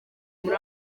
muri